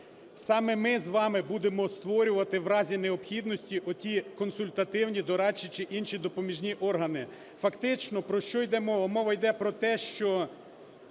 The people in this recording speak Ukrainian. Саме ми з вами будемо створювати в разі необхідності оті консультативні дорадчі чи інші допоміжні органи. Фактично про що йде мова? Мова йде про те, що